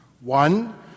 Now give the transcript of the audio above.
One